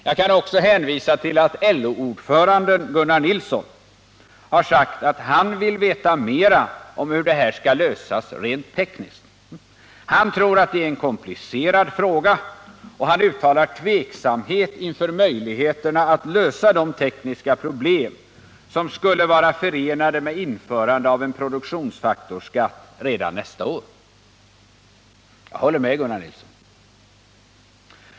Jag kan också hänvisa till att LO-ordföranden Gunnar Nilsson har sagt att han vill veta mera om hur det här skall lösas rent tekniskt. Han tror att det är en komplicerad fråga, och han uttalar tveksamhet inför möjligheterna att lösa de tekniska problem som skulle vara förenade med införande av en produktionsfaktorsskatt redan nästa år. Jag håller med Gunnar Nilsson.